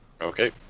Okay